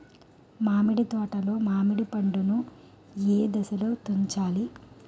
మామిడి తోటలో మామిడి పండు నీ ఏదశలో తుంచాలి?